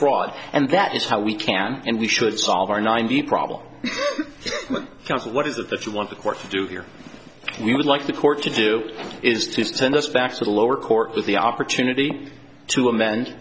fraud and that is how we can and we should solve our ninety problem because what is it that you want the court to do here you would like the court to do is to send us back to the lower court with the opportunity to amend